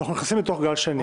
אנחנו נכנסים לתוך גל שני.